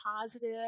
positive